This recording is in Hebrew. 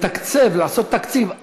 לתקצב, לעשות תקציב.